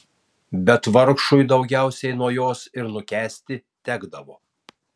bet vargšui daugiausiai nuo jos ir nukęsti tekdavo